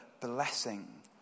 blessing